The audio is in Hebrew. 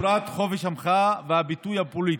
ובפרט בחופש המחאה והביטוי הפוליטי.